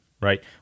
right